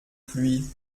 pluie